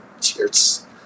Cheers